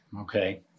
Okay